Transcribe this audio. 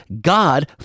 God